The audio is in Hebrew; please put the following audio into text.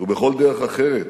ובכל דרך אחרת